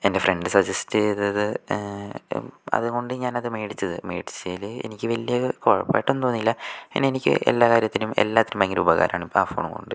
എൻ്റെ friend suggest ചെയ്തത് അതുകൊണ്ടു ഞാനതു മേടിച്ചത് മേടിച്ചതില് എനിക്ക് വലിയ കുഴപ്പായിട്ടൊന്നും തോന്നില്ല പിന്നെ എനിക്ക് എല്ലാ കാര്യത്തിനും എല്ലാത്തിനും ഭയങ്കര ഉപകാരമാണ് ആ ഫോണുകൊണ്ട്